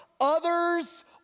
others